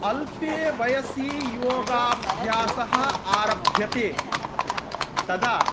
अल्पे वयसि योगाभ्यासः आरभ्यते तदा